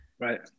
Right